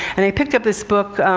and i picked up this book,